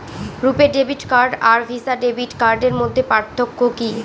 রূপে debit card আর Visa debit কার্ডের মধ্যে পার্থক্য কি?